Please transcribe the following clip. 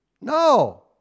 No